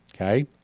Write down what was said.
okay